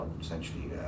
essentially